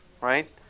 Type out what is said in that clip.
Right